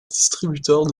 distributeur